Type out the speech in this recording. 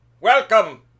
Welcome